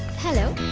hello.